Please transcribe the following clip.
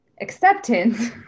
acceptance